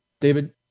David